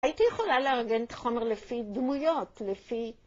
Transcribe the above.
הייתי יכולה לארגן את החומר לפי דמויות, לפי...